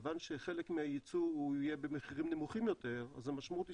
כיוון שחלק מהיצוא יהיה במחירים נמוכים יותר אז המשמעות היא